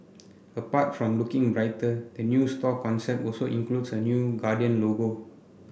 apart from looking brighter the new store concept also includes a new Guardian logo